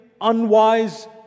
unwise